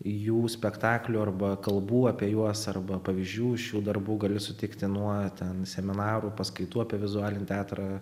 jų spektaklių arba kalbų apie juos arba pavyzdžių iš jų darbų gali sutikti nuo ten seminarų paskaitų apie vizualinį teatrą